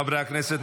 חברי הכנסת,